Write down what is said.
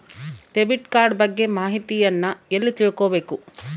Debit card ಬಗ್ಗೆ ಮಾಹಿತಿಯನ್ನ ಎಲ್ಲಿ ತಿಳ್ಕೊಬೇಕು?